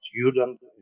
students